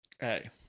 Hey